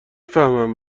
فهمم